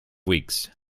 weeks